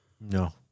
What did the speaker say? No